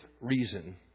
reason